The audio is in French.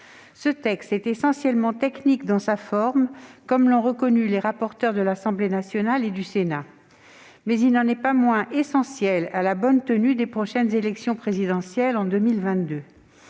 Ce texte est essentiellement technique dans sa forme, comme l'ont reconnu les rapporteurs de l'Assemblée nationale et du Sénat, mais il n'en est pas moins essentiel à la bonne tenue de la prochaine élection présidentielle, en 2022.